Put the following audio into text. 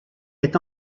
est